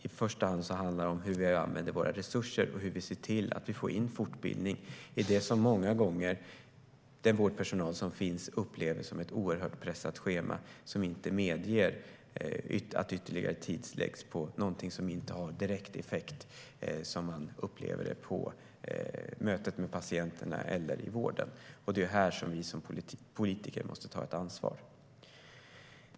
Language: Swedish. I första hand handlar ju detta om hur vi använder våra resurser och hur vi får in fortbildning i det som den vårdpersonal som finns många gånger upplever som ett mycket pressat schema som inte medger att ytterligare tid läggs på något som inte har direkt effekt på mötet med patienterna eller vården. Det är här som vi politiker måste ta ett ansvar.